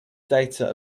data